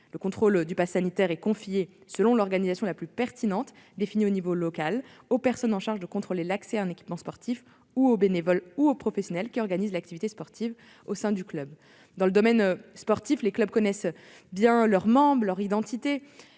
Le contrôle du passe sanitaire est confié selon l'organisation la plus pertinente définie à l'échelon local aux personnes chargées de contrôler l'accès à un équipement sportif ou aux bénévoles ou professionnels qui organisent l'activité sportive au sein du club. Dans le domaine sportif, les clubs connaissent bien leurs membres, leur identité